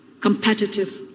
competitive